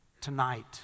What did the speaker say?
tonight